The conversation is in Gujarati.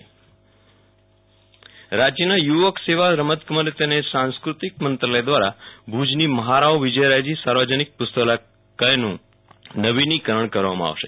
વિરલ રાણા પુસ્તકાલય નવીનીકરણ રાજ્યના યુવક સેવા રમતગમત અને સાંસ્કૃતિક મંત્રાલય દ્વારા ભુજની મહારાઓ વિજયરાજજી સાર્વજનિકુ પસ્તકાલયનું નવીનીકરણ કરવામાં આવશે